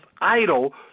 idle